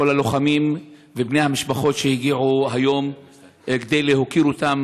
כל הלוחמים ובני המשפחות שהגיעו היום כדי להוקיר אותם.